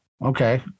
okay